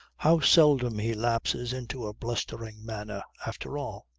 how seldom he lapses into a blustering manner, after all!